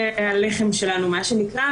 זה הלחם שלנו, מה שנקרא.